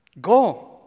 Go